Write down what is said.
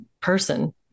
person